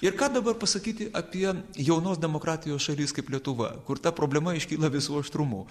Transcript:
ir ką dabar pasakyti apie jaunos demokratijos šalis kaip lietuva kur ta problema iškyla visu aštrumu